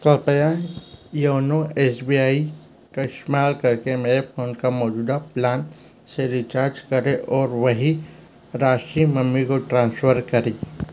कृपया YONO S B I का इस्तेमाल करके मेरे फ़ोन का मौजूदा प्लान से रिचार्ज करें और वही राशि मम्मी को ट्रांसफ़र करें